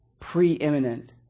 preeminent